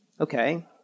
okay